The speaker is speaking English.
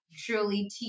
Truly